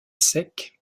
sec